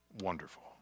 wonderful